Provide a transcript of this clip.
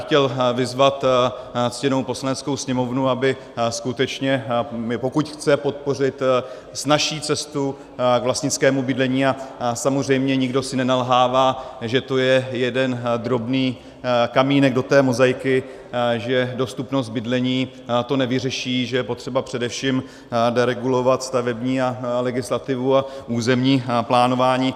Chtěl bych vyzvat ctěnou Poslaneckou sněmovnu, aby skutečně pokud chce podpořit snazší cestu k vlastnickému bydlení a samozřejmě nikdo si nenalhává, že to je jeden drobný kamínek do té mozaiky, že dostupnost bydlení to nevyřeší, že je potřeba především deregulovat stavební legislativu a územní plánování.